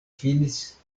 finis